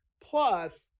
plus